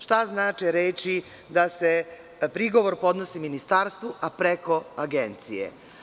Šta znače reči da se prigovor podnosi ministarstvu, a preko Agencije?